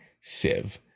sieve